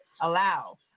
allow